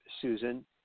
Susan